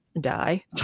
die